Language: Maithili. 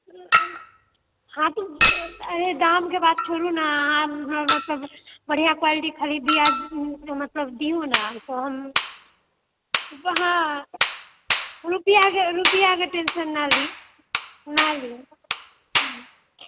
हँ तऽ अरे दामके छोड़ु ने अहाँ हमरा मतलब बढ़ियाॅं क्वालिटी खरीद दिअ मतलब दिउ ने हँ रूपआके टेन्शन ना ली नहि ली